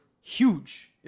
huge